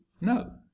no